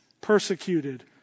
persecuted